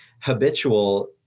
habitual